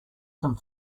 some